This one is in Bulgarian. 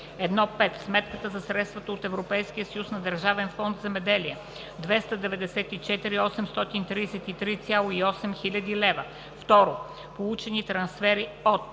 1.5. Сметката за средствата от Европейския съюз на Държавния фонд „Земеделие“ 294 833,8 хил. лв. 2. Получени трансфери от: